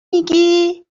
میگی